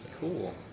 Cool